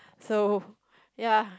so ya